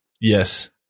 Yes